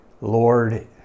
Lord